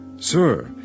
Sir